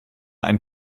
ein